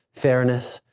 fairness,